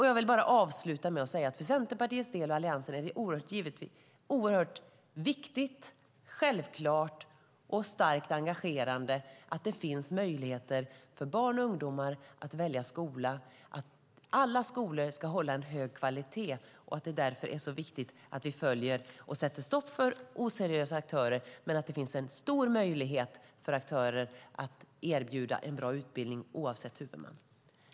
Jag vill avsluta med att säga att för Centerpartiet och Alliansen är det oerhört viktigt, självklart och starkt engagerande att det finns möjligheter för barn och ungdomar att välja skola och att alla skolor ska hålla en hög kvalitet. Därför är det så viktigt att vi sätter stopp för oseriösa aktörer men att det finns en stor möjlighet för aktörer att erbjuda en bra utbildning, oavsett huvudman.